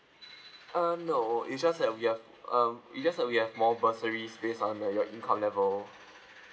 uh no it's just that we have uh it's just that we have more bursaries based on like your income level